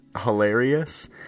hilarious